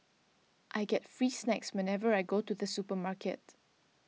I get free snacks whenever I go to the supermarket